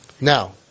Now